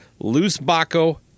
loosebaco